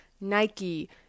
Nike